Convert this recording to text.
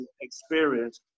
experience